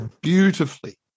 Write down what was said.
beautifully